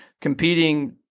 competing